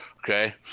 Okay